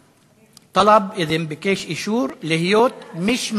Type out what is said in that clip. (אומר בערבית ומתרגם:) ביקש אישור להיות מיש מאוג'וד.